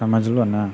समझलो ने